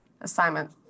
assignment